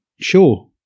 sure